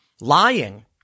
Lying